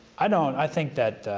i don't i think that,